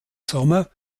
sommer